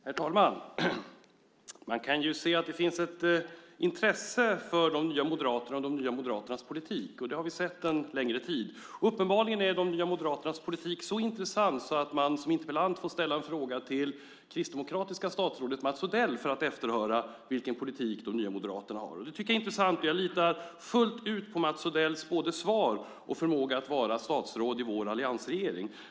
Herr talman! Man kan se att det finns ett intresse för Nya moderaterna och Nya moderaternas politik. Det har vi sett en längre tid. Uppenbarligen är Nya moderaternas politik att man som interpellant får ställa en fråga till det kristdemokratiska statsrådet Mats Odell för att efterhöra vilken politik Nya moderaterna har. Det tycker jag är intressant, och jag litar fullt ut på både Mats Odells svar och hans förmåga att vara statsråd i vår alliansregering.